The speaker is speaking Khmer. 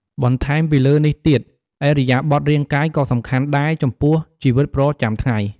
បន្ថែមពីលើនេះទៀត ឥរិយាបថរាងកាយក៏សំខាន់ដែរចំពោះជីវិតប្រចាំថ្ងៃ។